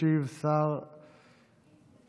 ישיב השר